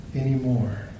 anymore